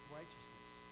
righteousness